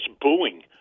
booing